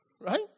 Right